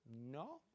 no